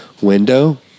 window